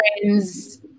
friends